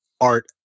art